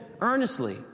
earnestly